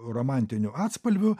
romantiniu atspalviu